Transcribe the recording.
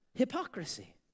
Hypocrisy